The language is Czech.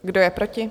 Kdo je proti?